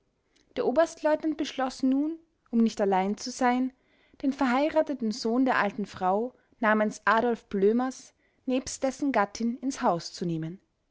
der oberstleutnant beschloß nun um nicht allein zu sein den verheirateten sohn der alten frau namens adolf blömers nebst dessen gattin ins haus zu nehmen